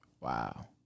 Wow